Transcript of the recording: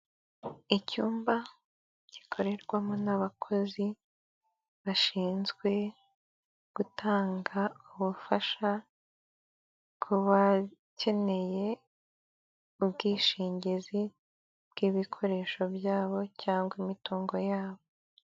Icyumba gikorerwamo n'abakozi bashinzwe gutanga ubufasha kubakeneye ubwishingizi bw'ibikoresho byabo cyangwa imitungo yabo.